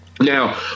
Now